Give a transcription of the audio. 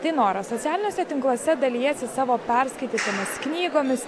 tai nora socialiniuose tinkluose dalijiesi savo perskaitytomis knygomis